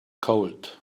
cold